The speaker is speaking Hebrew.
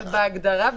בהגדרה,